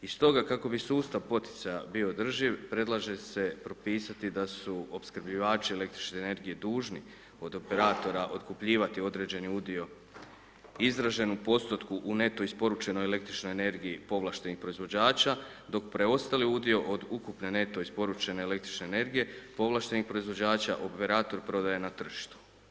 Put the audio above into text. I stoga kako bi sustav poticanja bio održiv predlaže se propisati da su opskrbljivači el. energije, dužni, od operatori otkupljivati određeni udio, izražen u postupku u neto isporučenoj el. energiji, povlaštenih proizvođača, dok preostali udio od ukupne neto isporučene el. energije, povlaštenih proizvođača operator prodaje na tržištu.